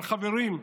אבל חברים,